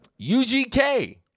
UGK